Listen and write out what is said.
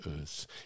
earth